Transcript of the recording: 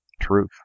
truth